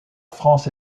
france